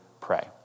pray